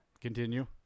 continue